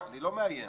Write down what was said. אני לא מאיים.